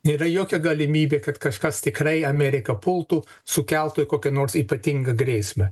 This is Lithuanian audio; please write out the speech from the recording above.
nėra jokia galimybė kad kažkas tikrai ameriką pultų sukeltų kokį nors ypatingą grėsmę